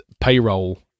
payroll